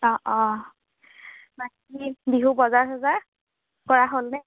অঁ অঁ বাকী বিহুৰ বজাৰ চজাৰ কৰা হ'লনে